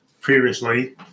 previously